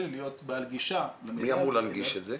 צריך להיות בעל גישה --- מי אמור להנגיש את זה?